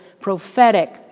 prophetic